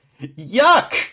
Yuck